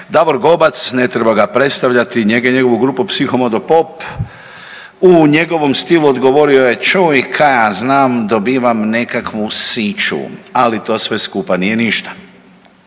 Davor Gobac ne treba ga predstavljati, njega i njegovu grupu Psihomodo pop u njegovom stilu odgovorio je, čuj kaj ja znam dobivam nekakvu siću, ali to sve skupa nije ništa.